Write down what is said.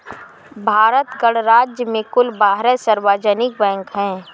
भारत गणराज्य में कुल बारह सार्वजनिक बैंक हैं